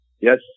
Yes